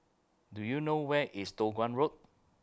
Do YOU know Where IS Toh Guan Road